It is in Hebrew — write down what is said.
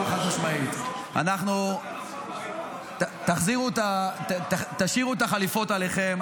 חד-משמעית: תשאירו את החליפות עליכם,